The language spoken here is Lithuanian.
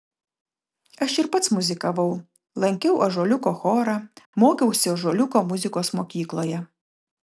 aš ir pats muzikavau lankiau ąžuoliuko chorą mokiausi ąžuoliuko muzikos mokykloje